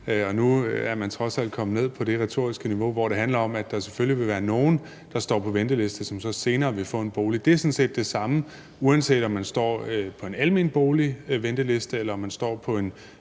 Nu er man trods alt kommet ned på det retoriske niveau, hvor det handler om, at der selvfølgelig vil være nogle, der står på venteliste, som vil få en bolig lidt senere. Det er sådan set det samme, uanset om man står på en venteliste til en almen bolig, eller om man står på en